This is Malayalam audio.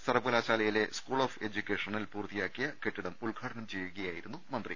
സർവകലാശാലയിലെ സ്കൂൾ ഓഫ് എഡ്യുക്കേ ഷനിൽ പൂർത്തിയാക്കിയ കെട്ടിടം ഉദ്ഘാടനം ചെയ്യുകയായിരുന്നു മന്ത്രി